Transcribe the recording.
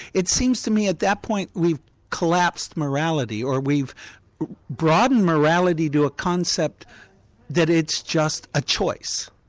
it seems to me at that point we've collapsed morality or we've broadened morality to a concept that it's just a choice,